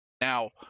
Now